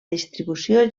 distribució